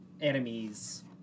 enemies